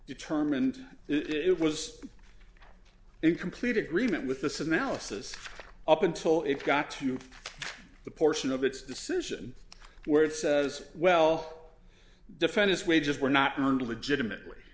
determined it was in complete agreement with this analysis up until it got to the portion of its decision where it says well defendants wages were not returned legitimately